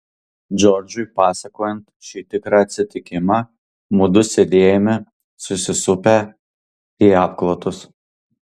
džordžui pasakojant šį tikrą atsitikimą mudu sėdėjome susisupę į apklotus